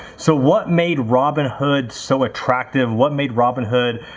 so what made robinhood so attractive, what made robinhood